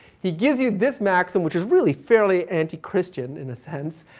he gives you this maxim, which is really fairly anti-christian in a sense.